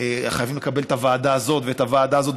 חייבים לקבל את הוועדה הזאת ואת הוועדה הזאת.